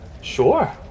Sure